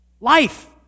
Life